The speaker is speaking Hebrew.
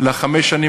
לחמש השנים